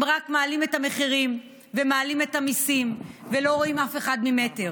הם רק מעלים מחירים ומעלים מיסים ולא רואים אף אחד ממטר.